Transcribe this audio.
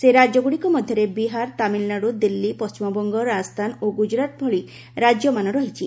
ସେହି ରାଜ୍ୟଗୁଡ଼ିକ ମଧ୍ୟରେ ବିହାର ତାମିଲନାଡ଼ୁ ଦିଲ୍ଲୀ ପଶ୍ଚିମବଙ୍ଗ ରାଜସ୍ଥାନ ଓ ଗୁଜରାତ ଭଳି ରାଜ୍ୟମାନ ରହିଛି